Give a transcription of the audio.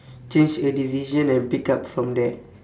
change a decision and pick up from there